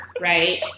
right